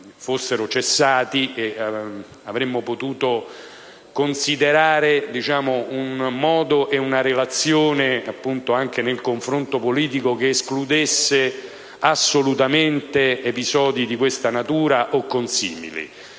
sarebbero cessati e avremmo potuto considerare un modo e una relazione, anche nel confronto politico, che escludessero assolutamente episodi di questa natura o consimili.